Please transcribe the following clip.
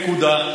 נקודה.